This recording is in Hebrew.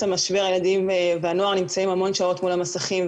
המשבר הילדים והנוער נמצאים המון שעות מול המסכים,